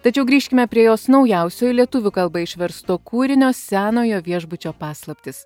tačiau grįžkime prie jos naujausio į lietuvių kalbą išversto kūrinio senojo viešbučio paslaptys